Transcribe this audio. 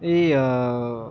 এই